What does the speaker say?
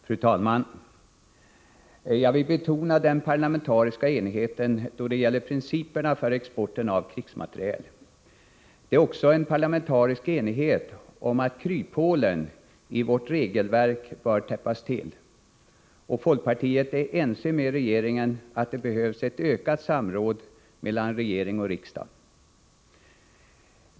Fru talman! Jag vill betona den parlamentariska enigheten då det gäller principerna för exporten av krigsmateriel. Det råder också parlamentarisk enighet om att kryphålen i vårt regelverk bör täppas till. Folkpartiet är ense med regeringen om att det behövs ett ökat samråd mellan regering och riksdag.